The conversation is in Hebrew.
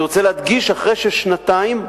אני רוצה להדגיש שאחרי שנתיים,